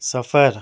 سفر